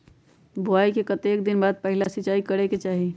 बोआई के कतेक दिन बाद पहिला सिंचाई करे के चाही?